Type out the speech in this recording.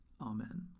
Amen